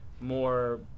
more